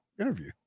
interview